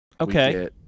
Okay